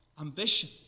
ambition